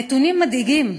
הנתונים מדאיגים,